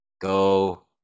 go